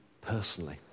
personally